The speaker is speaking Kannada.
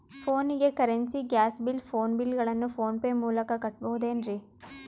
ಫೋನಿಗೆ currency, gas bill, phone bill ಗಳನ್ನು ಫೋನ್ ಪೇ ಮೂಲಕ ಕಟ್ಟಬಹುದೇನ್ರಿ?